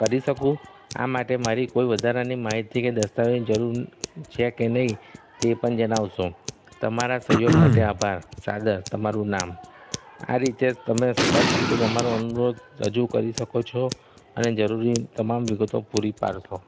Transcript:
કરી શકું આ માટે મારી કોઈ વધારાની માહિતી કે દસ્તાવેજ જરૂર છે કે નહીં તે પણ જણાવશો તમારા સહયોગ માટે આભાર સાદર તમારું નામ આ રીતે જ તમે સ્પષ્ટ રીતે તમારું અનુરોધ રજૂ કરી શકો છો અને જરૂરી તમામ વિગતો પૂરી પાડશો